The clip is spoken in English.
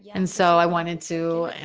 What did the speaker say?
yeah and so i wanted to,